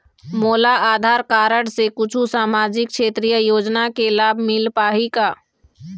मोला आधार कारड से कुछू सामाजिक क्षेत्रीय योजना के लाभ मिल पाही का?